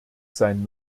sein